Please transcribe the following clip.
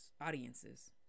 audiences